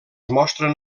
mostren